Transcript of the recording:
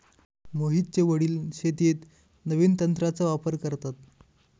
मोहितचे वडील शेतीत नवीन तंत्राचा वापर करतात